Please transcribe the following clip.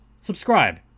Subscribe